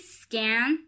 scan